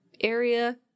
area